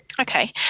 Okay